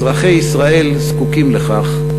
אזרחי ישראל זקוקים לכך,